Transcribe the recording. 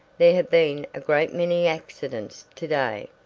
there have been a great many accidents to-day.